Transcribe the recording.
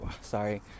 sorry